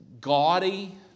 gaudy